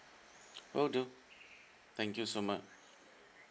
will do thank you so much